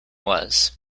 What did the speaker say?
was